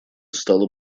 стало